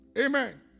amen